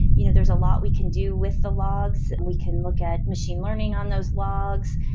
you know there's a lot we can do with the logs. and we can look at machine learning on those logs.